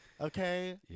Okay